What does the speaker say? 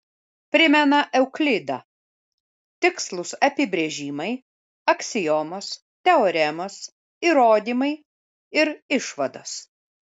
primena euklidą tikslūs apibrėžimai aksiomos teoremos įrodymai ir išvados